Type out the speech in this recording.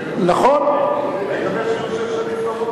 אני מקווה שיהיו שש שנים טובות.